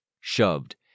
shoved